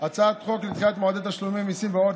הצעת חוק לדחיית מועדי תשלומי מיסים והוראות